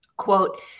quote